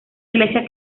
iglesia